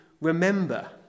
remember